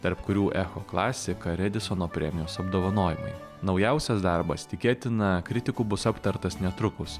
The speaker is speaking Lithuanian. tarp kurių echo klasika ir edisono premijos apdovanojimai naujausias darbas tikėtina kritikų bus aptartas netrukus